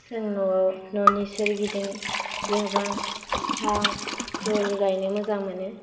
जों न'आव न'नि सोरगिदिं गोबां फिफां फुल गायनो मोजां मोनो